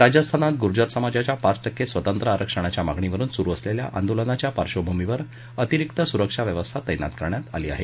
राजस्थानात गुर्जर समाजाच्या पाच टक्के स्वतंत्र आरक्षणाच्या मागणीवरुन सुरु असलेल्या आंदोलनाच्या पार्वभूमीवर अतिरिक्त सुरक्षा व्यवस्था तैनात करण्यात आली आहे